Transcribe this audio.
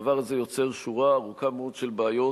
הדבר הזה יוצר שורה ארוכה מאוד של בעיות